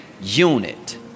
unit